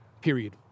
period